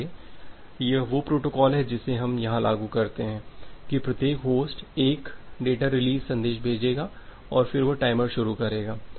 इसलिए यह वह प्रोटोकॉल है जिसे हम यहां लागू करते हैं कि प्रत्येक होस्ट 1 डेटा रिलीज़ संदेश भेजेगा और फिर वह टाइमर शुरू करेगा